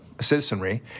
citizenry